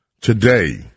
today